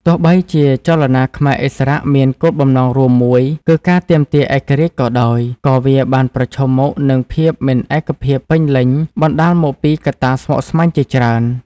ទោះបីជាចលនាខ្មែរឥស្សរៈមានគោលបំណងរួមមួយគឺការទាមទារឯករាជ្យក៏ដោយ ក៏វាបានប្រឈមមុខនឹងភាពមិនឯកភាពពេញលេញបណ្ដាលមកពីកត្តាស្មុគស្មាញជាច្រើន។